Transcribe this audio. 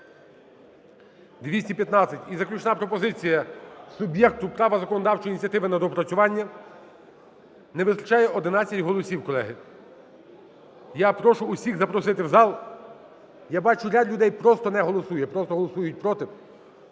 За-215 І заключна пропозиція: суб'єкту права законодавчої ініціативи на доопрацювання. Не вистачає 11 голосів, колеги. Я прошу усіх запросити в зал. Я бачу, ряд людей просто не голосує, просто голосують "проти".